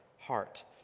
heart